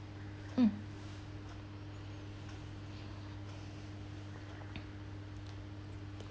mm